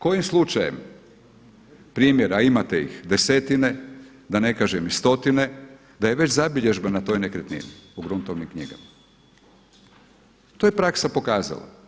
Kojim slučajem, primjera imate ih desetine, da ne kažem i stotine, da je već zabilježba na toj nekretnini u gruntovnim knjigama, to je praksa pokazala.